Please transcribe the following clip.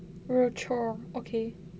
rochor okay